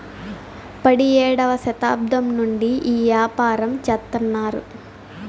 పడియేడవ శతాబ్దం నుండి ఈ యాపారం చెత్తన్నారు